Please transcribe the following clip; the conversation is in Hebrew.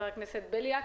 בליאק.